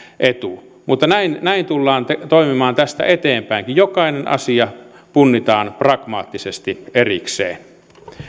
etu mutta näin näin tullaan toimimaan tästä eteenpäinkin jokainen asia punnitaan pragmaattisesti erikseen